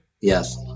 Yes